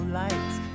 lights